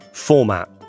format